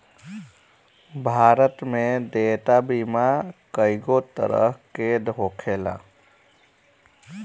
भारत में देयता बीमा कइगो तरह के होखेला